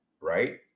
right